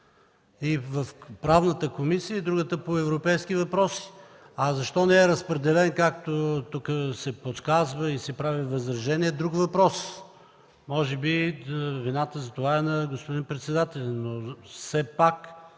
И в Правната комисия, и в другата – по европейските въпроси. Защо не е разпределен, както тук се подсказва и се прави възражение, е друг въпрос. Може би вината за това е на господин председателя на